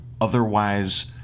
Otherwise